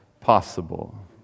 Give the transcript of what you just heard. possible